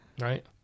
Right